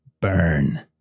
burn